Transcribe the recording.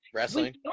Wrestling